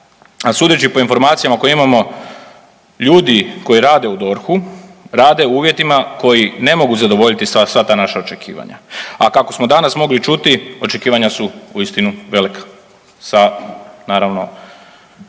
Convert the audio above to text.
A sudeći po informacijama koje imamo od ljudi koji rada u DORH-u rade u uvjetima koji ne mogu zadovoljiti sva ta naša očekivanja, a kako smo danas mogli čuti očekivanja su uistinu velika